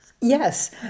yes